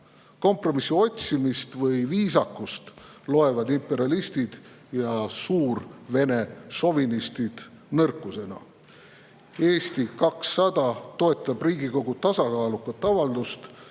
Kompromissi otsimist või viisakust peavad imperialistid ja Suur-Vene šovinistid nõrkuseks. Eesti 200 toetab Riigikogu tasakaalukat avaldust,